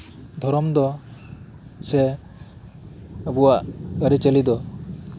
ᱫᱷᱚᱨᱚᱢ ᱫᱚ ᱥᱮ ᱟᱵᱩᱣᱟᱜ ᱟᱹᱨᱤᱪᱟᱹᱞᱤᱫᱚ